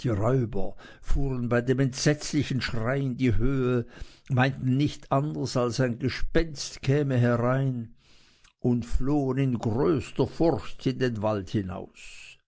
die räuberfuhren bei dem entsetzlichen geschrei in die höhe meinten nicht anders als ein gespenst käme herein und flohen in größter furcht in den wald hinaus